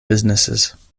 businesses